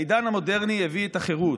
העידן המודרני הביא את החירות,